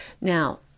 Now